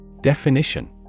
Definition